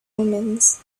omens